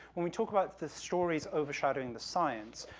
when we talk about the stories overshadowing the science,